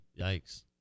Yikes